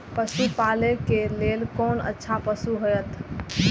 पशु पालै के लेल कोन अच्छा पशु होयत?